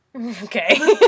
Okay